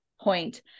point